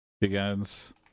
begins